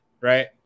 right